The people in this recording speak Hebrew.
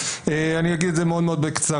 אני אומר את זה מאוד קצר.